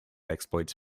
exploits